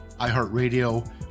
iHeartRadio